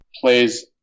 plays